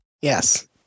Yes